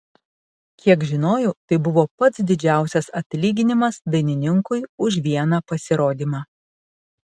kiek žinojau tai buvo pats didžiausias atlyginimas dainininkui už vieną pasirodymą